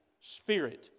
Spirit